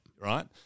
right